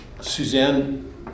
Suzanne